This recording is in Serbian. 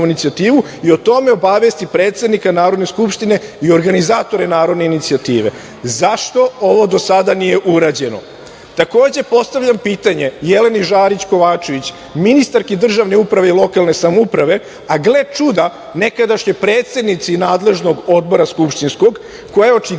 inicijativu i o tome obavesti predsednika Narodne skupštine i organizatore narodne inicijative. Zašto ovo do sada nije urađeno? Takođe postavljam pitanje Jeleni Žarić Kovačević, ministarki državne uprave i lokalne samouprave, a gle čuda, nekadašnjoj predsednici nadležnog odbora skupštinskog, koja je očigledno